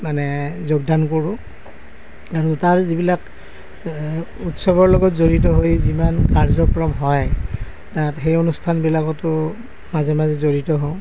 মানে যোগদান কৰোঁ আৰু তাৰ যিবিলাক উৎসৱৰ লগত জড়িত হৈ যিমান কাৰ্যক্ৰম হয় সেই অনুষ্ঠানবিলাকতো মাজে মাজে জড়িত হওঁ